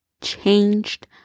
changed